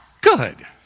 Good